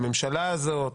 לממשלה הזאת,